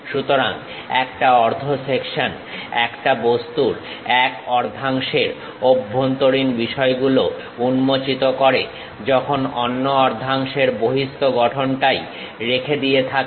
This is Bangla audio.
সুতরাং একটা অর্ধ সেকশন একটা বস্তুর এক অর্ধাংশের অভ্যন্তরীণ বিষয় গুলো উন্মোচিত করে যখন অন্য অর্ধাংশের বহিঃস্থ গঠনটাই রেখে দিয়ে থাকে